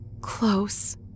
close